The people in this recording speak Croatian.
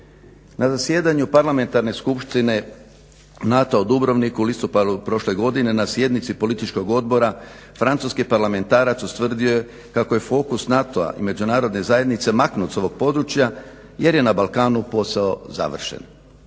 Na zasjedanju Parlamentarne skupštine NATO-a u Dubrovniku u listopadu prošle godine na sjednici Političkog odbora, francuski parlamentarac ustvrdio je kako je fokus NATO-a i međunarodne zajednice maknut s ovog područja jer je na Balkanu posao završen.